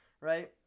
right